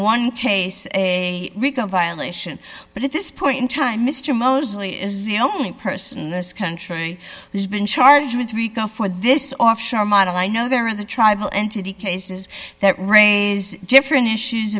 one case a rico violation but at this point in time mr mosley is the only person in this country who's been charged with rico for this offshore model i know they're in the tribal entity cases that ray is different issues